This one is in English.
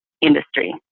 industry